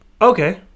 Okay